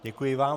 Děkuji vám.